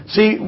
See